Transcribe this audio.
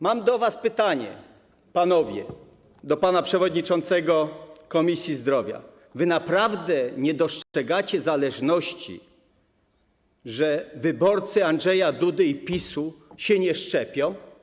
Mam do pytanie do pana przewodniczącego Komisji Zdrowia: Wy naprawdę nie dostrzegacie tu zależności, tego, że wyborcy Andrzeja Dudy i PiS-u się nie szczepią?